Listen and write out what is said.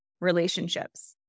relationships